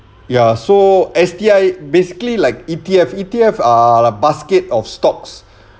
ya so S_T_I basically like E_T_F E_T_F are like basket of stocks